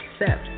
accept